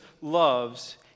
loves